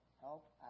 help